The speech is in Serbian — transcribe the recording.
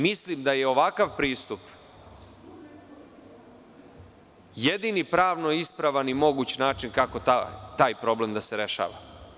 Mislim da je ovakav pristup jedini pravno ispravan i moguć način kako taj problem da se rešava.